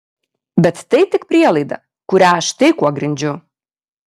bet tai tik prielaida kurią štai kuo grindžiu